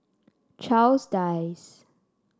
Charles Dyce